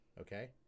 Okay